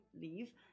leave